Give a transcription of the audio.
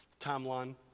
timeline